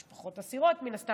ומן הסתם יש פחות אסירות מאסירים.